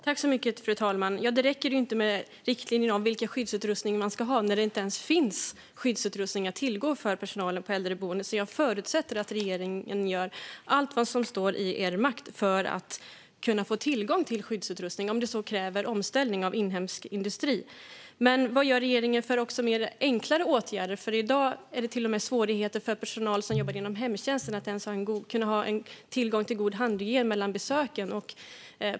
Fru talman! Det räcker inte med riktlinjer om vilken skyddsutrustning man ska ha när det inte ens finns skyddsutrustning att tillgå för personalen på äldreboenden. Jag förutsätter därför att regeringen gör allt vad som står i dess makt för att man ska få tillgång till skyddsutrustning, om det så kräver omställning av inhemsk industri. Men vilka enklare åtgärder vidtar regeringen? I dag är det till och med svårt för personal som jobbar inom hemtjänsten att ens ha tillgång till god handhygien mellan besöken.